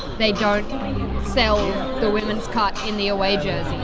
they don't sell the women's cut in the away jersey.